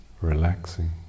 relaxing